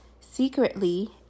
secretly